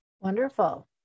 Wonderful